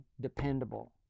dependable